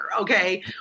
Okay